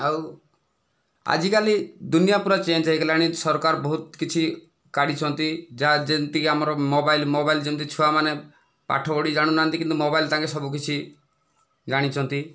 ଆଉ ଆଜିକାଲି ଦୁନିଆ ପୁରା ଚେଞ୍ଜ ହୋଇଗଲାଣି ସରକାର ବହୁତ କିଛି କାଢ଼ିଛନ୍ତି ଯାହା ଯେମିତିକି ଆମର ମୋବାଇଲ ମୋବାଇଲ ଯେମିତି ଛୁଆ ମାନେ ପାଠ ପଢ଼ି ଜାଣୁନାହାନ୍ତି କିନ୍ତୁ ମୋବାଇଲ ତାଙ୍କେ ସବୁ କିଛି ଜାଣିଛନ୍ତି